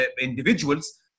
individuals